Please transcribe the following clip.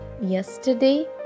Yesterday